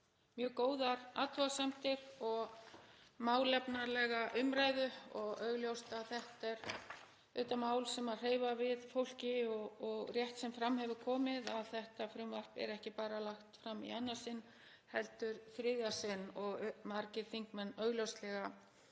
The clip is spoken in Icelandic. mjög góðar athugasemdir og málefnalega umræðu. Það er augljóst að þetta eru auðvitað mál sem hreyfa við fólki og rétt, sem fram hefur komið, að þetta frumvarp er ekki bara lagt fram í annað sinn heldur í þriðja sinn og margir þingmenn þekkja